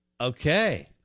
okay